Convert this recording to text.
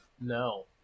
No